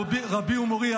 רבי ומורי,